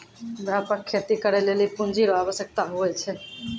व्यापक खेती करै लेली पूँजी रो आवश्यकता हुवै छै